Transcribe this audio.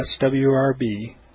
swrb